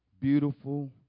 beautiful